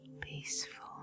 peaceful